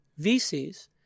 VCs